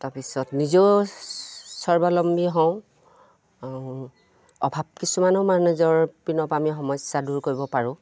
তাৰপিছত নিজেও স্বাৱলম্বী হওঁ আৰু অভাৱ কিছুমানো আমাৰ নিজৰ পিনৰপৰাও আমি সমস্যা দূৰ কৰিব পাৰোঁ